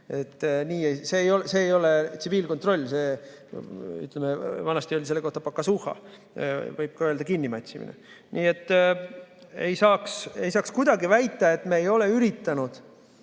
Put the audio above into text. See ei ole, tsiviilkontroll. Vanasti öeldi selle kohta pakazuha, võib öelda ka kinnimätsimine. Nii et ei saaks kuidagi väita, et me ei ole üritanud